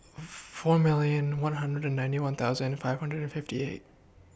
four million one hundred and ninety one thousand five hundred and fifty eight